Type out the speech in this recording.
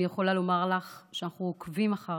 אני יכולה לומר לך שאנחנו עוקבים אחר